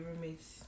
roommates